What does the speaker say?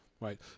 right